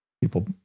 people